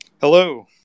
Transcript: Hello